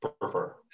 prefer